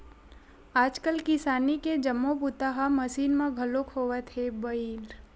आजकाल किसानी के जम्मो बूता ह मसीन म घलोक होवत हे बइर